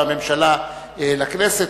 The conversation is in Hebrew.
והממשלה לכנסת,